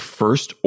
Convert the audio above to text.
first